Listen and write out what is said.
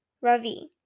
Ravi